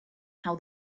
how